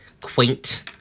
quaint